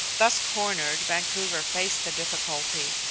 thus cornered, vancouver faced the difficulty.